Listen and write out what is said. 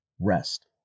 rest